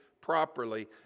properly